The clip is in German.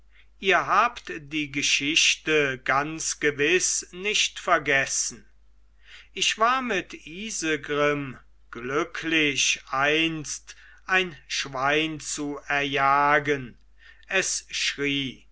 ihr habt die geschichte ganz gewiß nicht vergessen ich war mit isegrim glücklich einst ein schwein zu erjagen es schrie